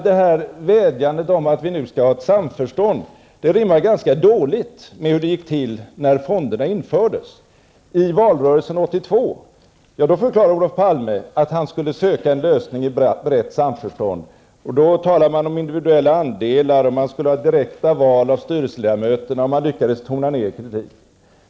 De vädjanden som nu framförs om ett samförstånd rimmar ganska dåligt med hur det gick till när fonderna infördes. I valrörelsen 1982 förklarade Olof Palme att han skulle söka en lösning i brett samförstånd. Då talade man om inviduella andelar, man skulle ha direkta val av styrelseledamöterna, och man lyckades tona ned kritiken.